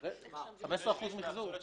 14%. אנחנו בצד הלא נכון של הגרף,